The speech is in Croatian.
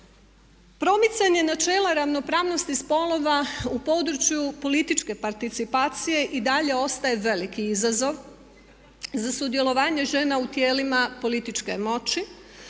Promicanje načela ravnopravnosti spolova u području političke participacije i dalje ostaje veliki izazov za sudjelovanje žena u tijelima političke moći.